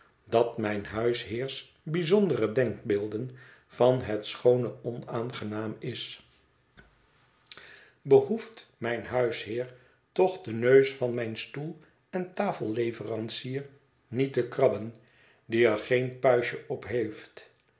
dat mijn huisheers bijzondere denkbeelden van het schoone onaangenaam is behoeft mijn huisheer toch den neus van mijn stoel en tafelleverancier niet te krabben die er geen puistje op heeft